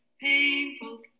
painful